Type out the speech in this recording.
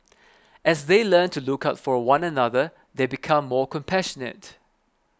as they learn to look out for one another they become more compassionate